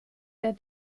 der